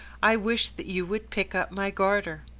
i wish that you would pick up my garter.